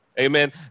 Amen